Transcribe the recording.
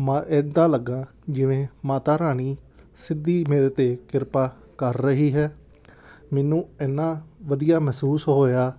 ਮ ਇੱਦਾਂ ਲੱਗਿਆ ਜਿਵੇਂ ਮਾਤਾ ਰਾਣੀ ਸਿੱਧੀ ਮੇਰੇ 'ਤੇ ਕਿਰਪਾ ਕਰ ਰਹੀ ਹੈ ਮੈਨੂੰ ਇੰਨਾ ਵਧੀਆ ਮਹਿਸੂਸ ਹੋਇਆ